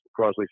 Crosley